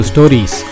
Stories